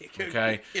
okay